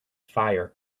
fire